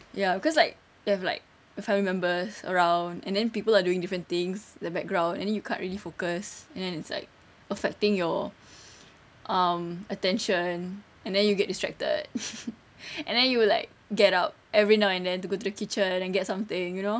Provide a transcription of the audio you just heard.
ya cause like you have like family members around and then people are doing different things in the background and then you can't really focused and then it's like affecting your um attention and then you get distracted and then you will like get up every now and then to go to the kitchen and then get something you know